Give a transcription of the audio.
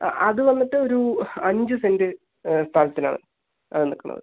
ആ അതു വന്നിട്ട് ഒരു അഞ്ച് സെന്റ് സ്ഥലത്തിൽ ആണ് അതു നിൽക്കുന്നത്